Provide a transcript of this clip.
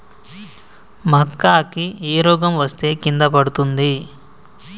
మక్కా కి ఏ రోగం వస్తే కింద పడుతుంది?